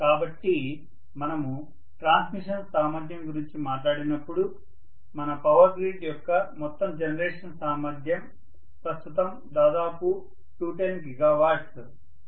కాబట్టి మనము ట్రాన్స్మిషన్ సామర్థ్యం గురించి మాట్లాడినప్పుడు మన పవర్ గ్రిడ్ యొక్క మొత్తం జనరేషన్ సామర్థ్యం ప్రస్తుతం దాదాపు 210 GW